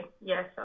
Yes